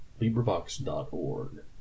LibriVox.org